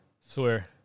Swear